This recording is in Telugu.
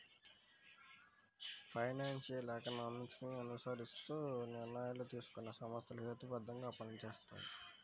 ఫైనాన్షియల్ ఎకనామిక్స్ ని అనుసరిస్తూ నిర్ణయాలు తీసుకునే సంస్థలు హేతుబద్ధంగా పనిచేస్తాయి